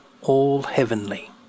all-heavenly